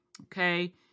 okay